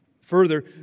Further